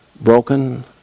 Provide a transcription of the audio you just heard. broken